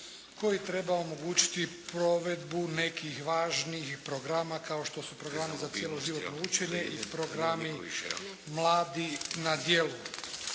koji treba omogućiti provedbu nekih važnih programa kao što su Programi za cjeloživotno učenje i Programi "Mladi na djelu".